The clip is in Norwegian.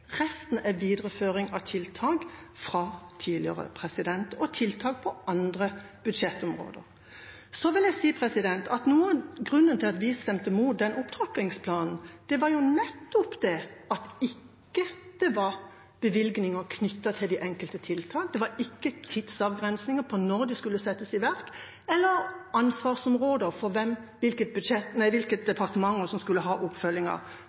resten er videreføring av tiltak fra tidligere – og tiltak på andre budsjettområder. Så vil jeg si at grunnen til at vi stemte mot den opptrappingsplanen, var nettopp at det ikke var bevilgninger knyttet til de enkelte tiltak, det var ikke tidsavgrensninger for når de skulle settes i verk, eller ansvarsområder, hvilke departementer som skulle ha oppfølgingen av planen. Så vi har veldig god samvittighet for